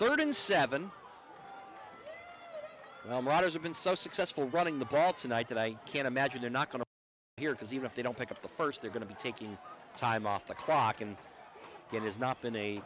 third and seven when writers have been so successful running the bats a night that i can't imagine they're not going to appear because even if they don't pick up the first they're going to be taking time off the clock and it has not been a